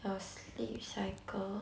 your sleep cycle